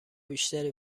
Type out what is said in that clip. بیشتری